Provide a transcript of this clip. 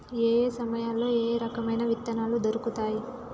ఏయే సమయాల్లో ఏయే రకమైన విత్తనాలు దొరుకుతాయి?